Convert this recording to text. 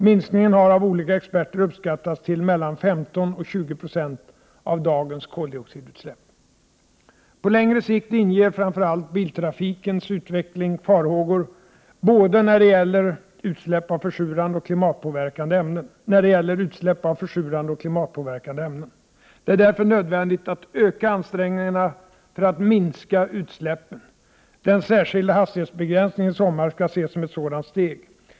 Minskningen har av olika experter uppskattats till mellan 15 och 20 96 av dagens koldioxidutsläpp. På längre sikt inger framför allt biltrafikens utveckling farhågor när det gäller utsläpp av försurande och klimatpåverkande ämnen. Det är därför nödvändigt att öka ansträngningarna för att minska utsläppen. Den särskilda hastighetsbegränsningen i sommar skall ses som ett sådant steg.